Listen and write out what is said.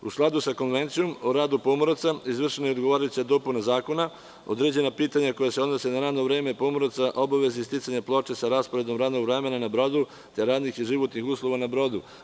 U skladu sa Konvencijom o radu pomoraca izvršena je odgovarajuća dopuna zakona, određena pitanja koja se odnose na radno vreme pomoraca, obaveze i sticanja ploče sa rasporedom radnog vremena na brodu, te radnih i životnih uslova na brodu.